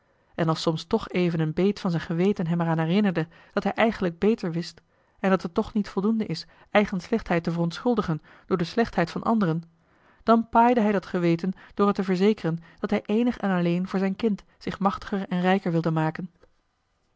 en als soms toch even een beet van zijn geweten hem er aan herinnerde dat hij eigenlijk beter wist en dat het toch niet voldoende is eigen slechtheid te verontschuldigen door de slechtheid van anderen dan paaide hij dat geweten door het te verzekeren dat hij eenig en alleen voor zijn kind zich machtiger en rijker wilde maken